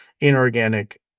inorganic